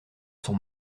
son